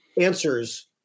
answers